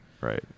Right